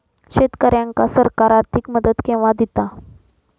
शेतकऱ्यांका सरकार आर्थिक मदत केवा दिता?